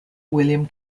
william